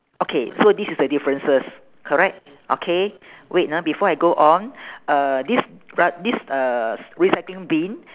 okay so this is the differences correct okay wait ah before I go on uh this rig~ this uh recycling bin